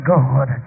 God